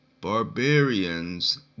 Barbarians